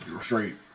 straight